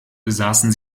besaßen